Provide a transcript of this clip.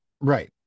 Right